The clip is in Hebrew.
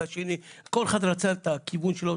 כל אחד רצה את הכיוון שלו.